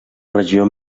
regió